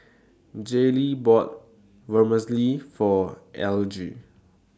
Jaylee bought Vermicelli For Elige